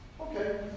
Okay